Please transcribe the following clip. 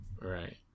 Right